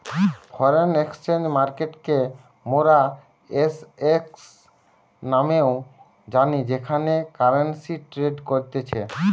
foreign exchange মার্কেটকে মোরা FX নামেও জানি যেখানে কারেন্সি ট্রেড করতিছে